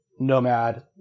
Nomad